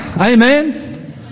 Amen